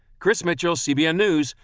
chris mitchell, cbn news,